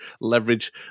leverage